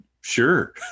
sure